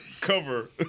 cover